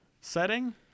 Setting